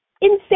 Insane